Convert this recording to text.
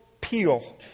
Peel